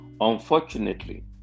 Unfortunately